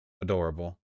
Adorable